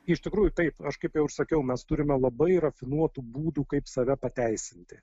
iš tikrųjų taip aš kaip jau ir sakiau mes turime labai rafinuotų būdų kaip save pateisinti